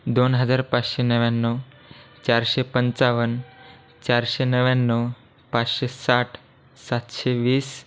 दोन हजार पाचशे नव्याण्णव चारशे पंचावन्न चारशे नव्याण्णव पाचशे साठ सातशे वीस